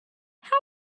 how